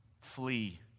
Flee